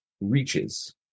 reaches